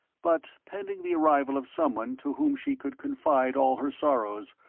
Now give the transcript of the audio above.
but pending the arrival of someone to whom she could confide all her sorrows,